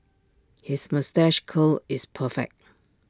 his moustache curl is perfect